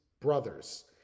brothers